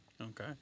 Okay